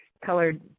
colored